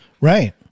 right